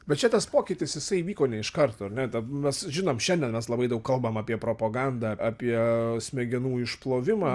bet čia tas pokytis jisai vyko ne iš karto ar ne mes žinom šiandien mes labai daug kalbam apie propogandą apie smegenų išplovimą